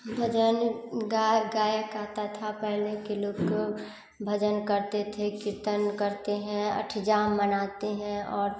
भजन गा गायक आता था पहले के लोग को भजन करते थे कीर्तन करते हैं अष्टयाम मनाते हैं और